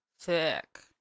Thick